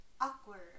Awkward